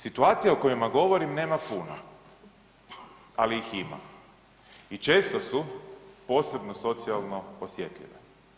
Situacija o kojima govorim nema puno, ali ih ima i često su posebno socijalno osjetljive.